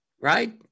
Right